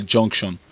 Junction